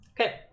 Okay